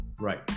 Right